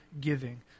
giving